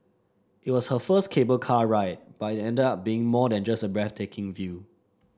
it was her first cable car ride but it ended up being more than just a breathtaking view